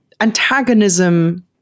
antagonism